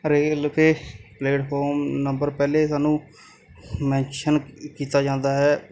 railway platform number ਪਹਿਲੇ ਸਾਨੂੰ mention ਕੀਤਾ ਜਾਂਦਾ ਹੈ